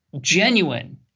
genuine